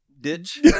Ditch